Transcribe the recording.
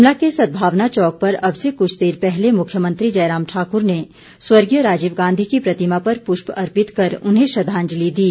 शिमला के सद्भावना चौक पर अब से कुछ देर पहले मुख्यमंत्री जयराम ठाकुर ने स्वर्गीय राजीव गांधी की प्रतिमा पर पुष्प अर्पित कर उन्हें श्रद्धांजलि दी